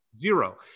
Zero